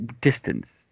distance